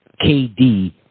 KD